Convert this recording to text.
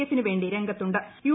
എഫിനുവേണ്ടി U